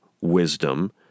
wisdom